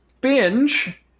binge